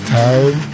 time